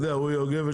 מי זה אורי יוגב?